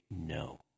no